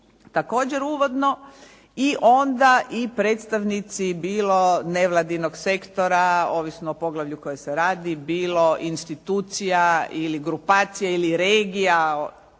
također uvodno i onda i predstavnici bilo nevladinog sektora, ovisno o poglavlju koje se radi, bilo institucija ili grupacija ili regija